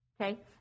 Okay